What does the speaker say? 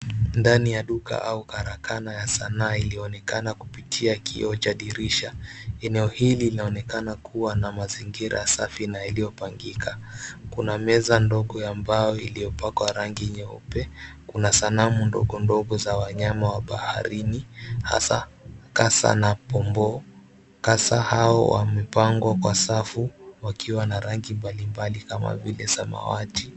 Ndani ya duka au karakana ya sanaa iliyoonekana kupitia kioo cha dirisha. Eneo hili linaonekana kuwa na mazingira safi na yaliyopangika. Kuna meza ndogo ya mbao iliyopakwa rangi nyeupe, kuna sanamu ndogondogo za wanyama wa baharini hasa kasa na pomboo. Kasa hao wamepangwa kwa safu wakiwa na rangi mbalimbali kama vile samawati.